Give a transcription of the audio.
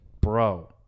bro